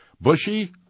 Bushy